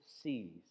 sees